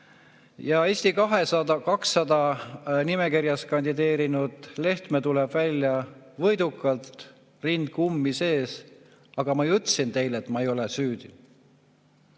Ja Eesti 200 nimekirjas kandideerinud Lehtme tuleb välja võidukalt, rind kummis ees: "Aga ma ju ütlesin teile, et ma ei ole süüdi!"